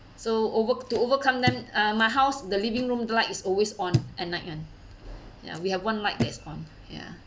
so over to overcome them uh my house the living room light is always on at night [one] ya we have one light that's on ya